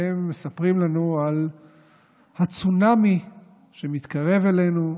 והם מספרים לנו על הצונאמי שמתקרב אלינו,